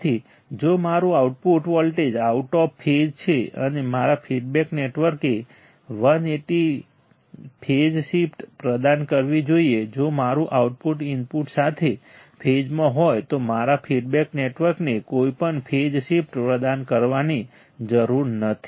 તેથી જો મારું output voltage out of phase છે અને મારા ફીડબેક નેટવર્કે 180 ફેઝ શિફ્ટ પ્રદાન કરવી જોઈએ જો મારું આઉટપુટ ઇનપુટ સાથે ફેઝમાં હોય તો મારા ફીડબેક નેટવર્કને કોઈપણ ફેઝ શિફ્ટ પ્રદાન કરવાની જરૂર નથી